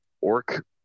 orc